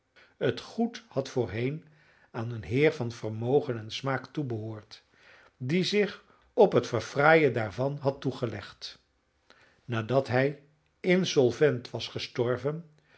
het goed had voorheen aan een heer van vermogen en smaak toebehoord die zich op het verfraaien daarvan had toegelegd nadat hij insolvent was gestorven